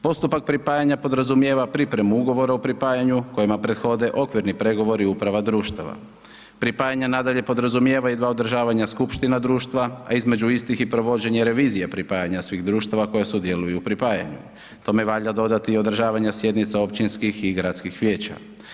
Postupak pripajanja podrazumijeva pripremu ugovora o pripajanju, kojima prihode okvirni pregovori uprava društava, pripajanje nadalje podrazumijeva i dva održavanja skupština društva, a između istih i provođenje revizija pripajanja svih društava koji sudjeluju u pripajanju, tome valja dodati i održavanje sjednica općinskih i gradskih vijeća.